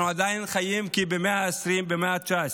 אנחנו עדיין כמו במאה ה-20, במאה ה-19.